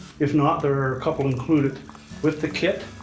if not, there a couple included with the kit.